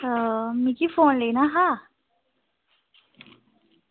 हां मिगी फोन लेना हा